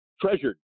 treasured